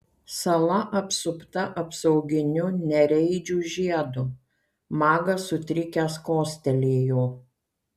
sala apsupta apsauginiu nereidžių žiedu magas sutrikęs kostelėjo